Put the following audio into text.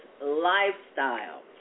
lifestyle